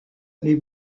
les